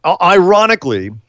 Ironically